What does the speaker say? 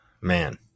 Man